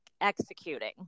executing